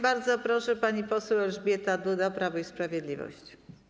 Bardzo proszę, pani poseł Elżbieta Duda, Prawo i Sprawiedliwość.